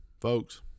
folks